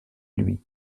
lui